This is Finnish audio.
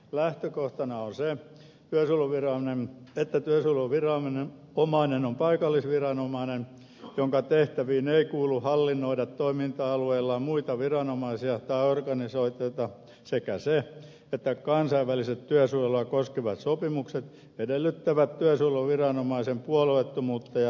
lähtökohtana on usein pellolle ennen tätä työtulo se että työsuojeluviranomainen on paikallisviranomainen jonka tehtäviin ei kuulu hallinnoida toiminta alueella muita viranomaisia tai organisaatioita sekä se että kansainväliset työsuojelua koskevat sopimukset edellyttävät työsuojeluviranomaisen puolueettomuutta ja riippumattomuutta